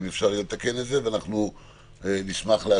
אם אפשר יהיה לתקן את זה,